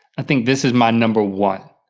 i think this is my number one.